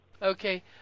Okay